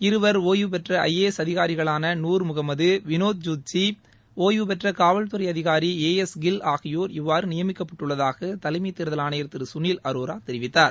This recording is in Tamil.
இருவர் ஓய்வு பெற்ற ஐஏஎஸ் அதிகாரிகளான நூர்முகமது வினோத் ஜுத்ஜி ஓய்வு பெற்ற காவல்துறை அதிகாரி ஏ எஸ் கில் ஆகியோர் இல்வாறு நியமிக்கப்பட்டுள்ளதாக தலைமை தேர்தல் ஆணையர் திரு சுனில் அரோரா தெரிவித்தார்